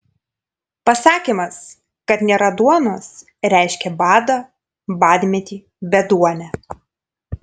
pasakymas kad nėra duonos reiškė badą badmetį beduonę